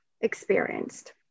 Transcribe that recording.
experienced